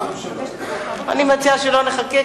אני מציעה שלא נחכה,